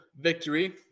victory